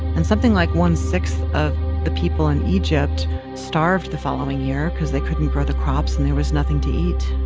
and something like one-sixth of the people in egypt starved the following year because they couldn't grow the crops, and there was nothing to eat